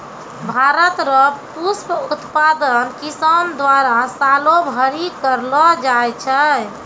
भारत रो पुष्प उत्पादन किसान द्वारा सालो भरी करलो जाय छै